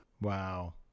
wow